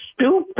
stupid